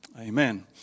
Amen